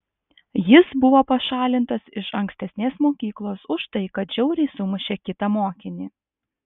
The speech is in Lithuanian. jis buvo pašalintas iš ankstesnės mokyklos už tai kad žiauriai sumušė kitą mokinį